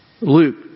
Luke